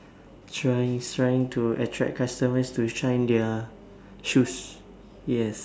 trying is trying to attract customers to shine their shoes yes